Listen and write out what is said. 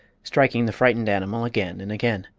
striking the frightened animal again and again.